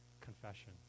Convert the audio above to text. Confession